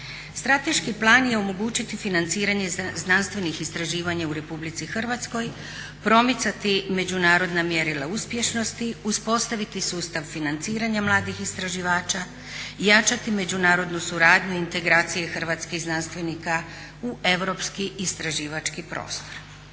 Strateški plan je omogućiti financiranje znanstvenih istraživanja u Republici Hrvatskoj, promicati međunarodna mjerila uspješnosti, uspostaviti sustav financiranja mladih istraživača, jačati međunarodnu suradnju integracije hrvatskih znanstvenika u europski istraživački prostor.